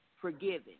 forgiven